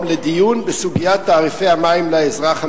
שידון במשך 45 יום בסוגיית התייקרות תעריפי המים לאזרח.